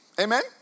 Amen